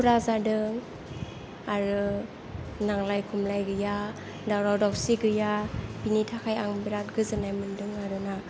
पुरा जादों आरो नांगलाय खमलाय गैया आरो दावराव दावसि गैया बेनि थाखाय आं बिराद गोजोननाय मोनदों आरोना